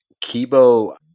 Kibo